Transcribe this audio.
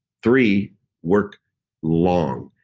three work long.